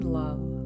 love